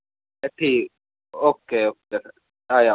ए ठीक okay okay आई जाओ